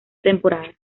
temporada